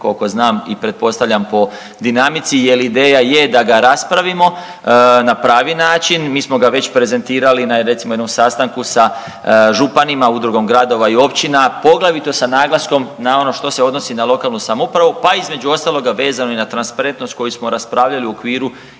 Koliko znam i pretpostavljam po dinamici, jer ideja je da ga raspravimo na pravi način, mi smo ga već prezentirali na recimo jednom sastanku sa županima, udrugom gradova i općina, poglavito sa naglaskom na ono što se odnosi na lokalnu samoupravu, pa između ostaloga vezano i na transparentnost koju smo raspravljali u okviru